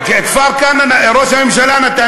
כפר-כנא זה ראש הממשלה נתן,